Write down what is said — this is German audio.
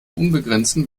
unbegrenzten